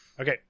Okay